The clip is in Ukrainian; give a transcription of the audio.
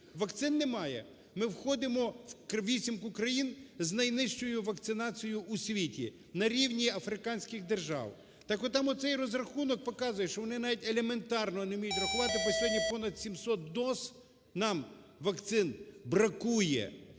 вам поясню: ми входимо у вісімку країн з найнижчою вакцинацією і світі, на рівні африканських держав. Так отам оцей розрахунок показує, що вони навіть елементарного не вміють рахувати, бо сьогодні понад 700 доз нам вакцин бракує.